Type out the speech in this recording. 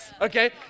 okay